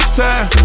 time